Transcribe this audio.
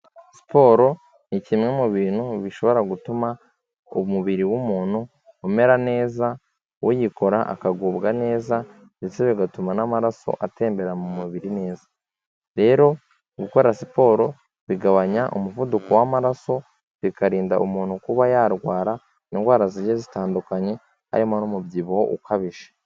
Siporo ni kimwe mu bintu bishobora gutuma umubiri w'umuntu umera neza, uwuyikora akagubwa neza ndetse bigatuma n'amaraso atembera mu mubiri neza. Rero gukora siporo bigabanya umuvuduko w'amaraso, bikarinda umuntu kuba yarwara indwara zigiye zitandukanye harimo n'umubyibuho ukabije.